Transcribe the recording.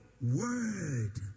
word